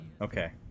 Okay